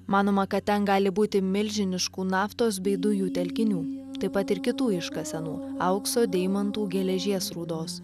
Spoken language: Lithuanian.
manoma kad ten gali būti milžiniškų naftos bei dujų telkinių taip pat ir kitų iškasenų aukso deimantų geležies rūdos